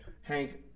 Hank